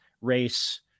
race